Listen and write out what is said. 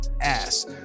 ass